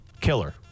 killer